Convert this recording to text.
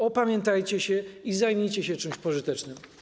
Opamiętajcie się i zajmijcie się czymś pożytecznym.